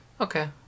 Okay